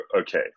okay